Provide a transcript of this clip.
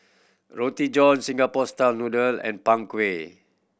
Roti John Singapore style noodle and Png Kueh